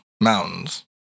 Mountains